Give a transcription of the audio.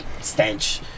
stench